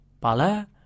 Pala